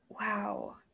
wow